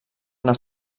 una